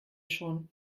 schon